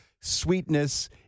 sweetness